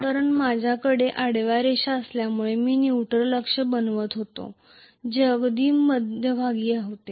कारण माझ्याकडे आडव्या रेषा असल्यामुळे मी न्यूट्रॅल अक्ष बनवत होतो जे अगदी मध्यभागी होते